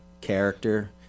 character